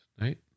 right